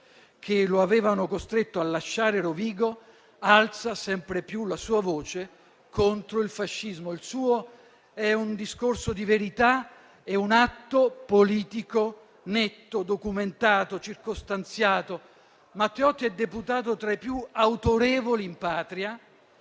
che lo avevano costretto a lasciare Rovigo, alza sempre più la sua voce contro il fascismo. Il suo è un discorso di verità e un atto politico netto, documentato e circostanziato. Matteotti è deputato tra i più autorevoli in Patria